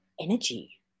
energy